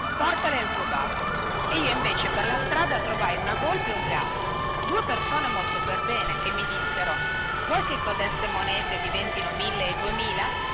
portale al tuo babbo e io invece per la strada trovai una volpe e un gatto due persone molto per bene che mi dissero vuoi che codeste monete diventino mille e duemila